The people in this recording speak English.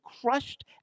crushed